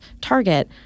target